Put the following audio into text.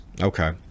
okay